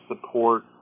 support